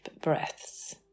breaths